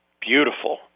beautiful